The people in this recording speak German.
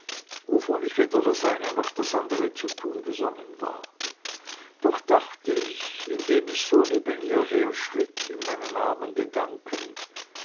wovon ich weder das eine noch das andere zu tun gesonnen war doch dachte ich indem ich so neben ihr herschritt in meinen armen gedanken